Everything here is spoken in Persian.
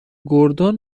گردن